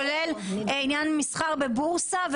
כולל לעניין מסחר בבורסה,